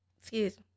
excuse